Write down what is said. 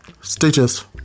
status